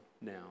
now